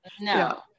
no